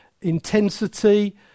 intensity